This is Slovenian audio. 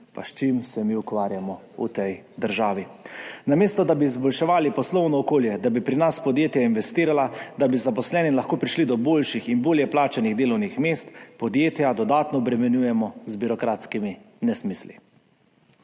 Pa s čim se mi ukvarjamo v tej državi? Namesto, da bi izboljševali poslovno okolje, da bi pri nas podjetja investirala, da bi zaposleni lahko prišli do boljših in bolje plačanih delovnih mest, podjetja dodatno obremenjujemo z birokratskimi nesmisli.